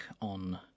on